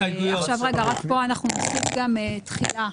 עכשיו רגע, רק פה אנחנו נוסיף גם תחילה.